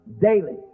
daily